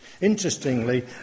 Interestingly